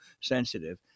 sensitive